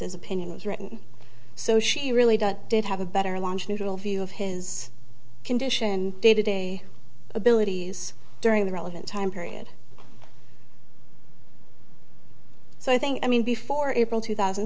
his opinion was written so she really does did have a better launch neutral view of his condition day to day abilities during the relevant time period so i think i mean before it will two thousand